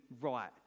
right